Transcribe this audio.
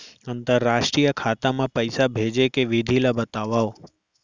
अंतरराष्ट्रीय खाता मा पइसा भेजे के विधि ला बतावव?